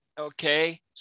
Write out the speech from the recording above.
Okay